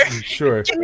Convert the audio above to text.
Sure